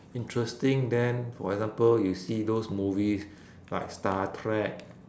interesting than for example you see those movies like star trek